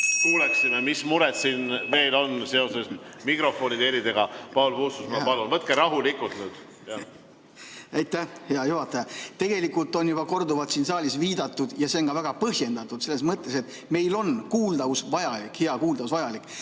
kuuleksime, mis mured siin meil on seoses mikrofonide ja heliga. Paul Puustusmaa, palun! Võtke rahulikult nüüd. Aitäh, hea juhataja! Tegelikult on juba korduvalt siin saalis viidatud, ja see on väga põhjendatud, selles mõttes, et meil on hea kuuldavus vajalik,